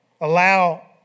allow